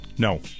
No